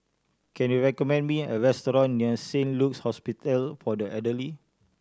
can you recommend me a restaurant near Saint Luke's Hospital for the Elderly